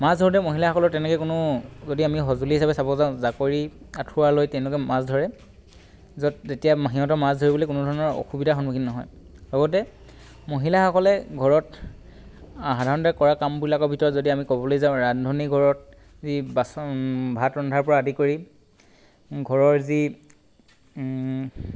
মাছ ধৰোঁতে মাহিলাসকলৰ তেনেকে কোনো যদি আমি সঁজুলি হিচাপে চাব যাওঁ জাকৰি আঁঠুৱা লৈ তেওঁলোকে মাছ ধৰে য'ত তেতিয়া সিহঁতৰ মাছ ধৰিবলৈ কোনো ধৰণৰ অসুবিধাৰ সন্মুখীন নহয় লগতে মহিলাসকলে ঘৰত সাধাৰণতে কৰা কামবিলাকৰ ভিতৰত যদি আমি ক'বলৈ যাওঁ ৰান্ধনিঘৰত যি বাচন ভাত ৰন্ধাৰ পৰা আদি কৰি ঘৰৰ যি